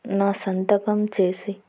నా సంతకం చేసి